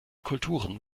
kulturen